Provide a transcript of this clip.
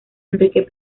enrique